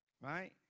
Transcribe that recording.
right